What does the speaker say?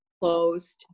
closed